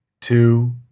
two